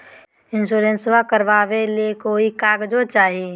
इंसोरेंसबा करबा बे ली कोई कागजों चाही?